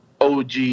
og